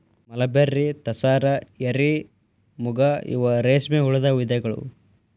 mulberry, tasar, eri, muga ಇವ ರೇಶ್ಮೆ ಹುಳದ ವಿಧಗಳು